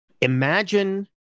Imagine